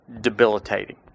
debilitating